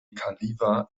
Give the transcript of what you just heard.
khalifa